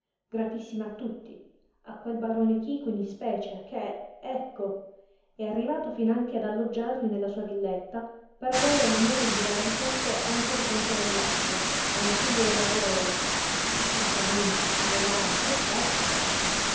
gratissima a tutti a quel barone chico in ispecie che ecco è arrivato finanche ad alloggiarli nella sua villetta per avere l'onore di dar ricetto a un portento dell'arte a un figlio della gloria e che trattamenti che regali che feste